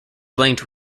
linked